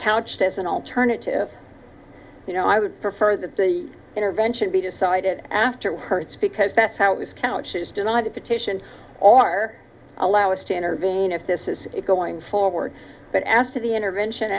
couched as an alternative you know i would prefer that the intervention be decided after hurts because that's how this couch is designed to petition our allow us to intervene if this is it going forward but after the intervention